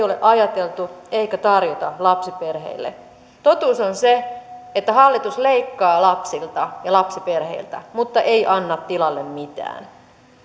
ole ajateltu eikä tarjota lapsiperheille totuus on se että hallitus leikkaa lapsilta ja lapsiperheiltä mutta ei anna tilalle mitään